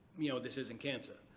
you know, this isn't cancer.